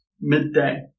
midday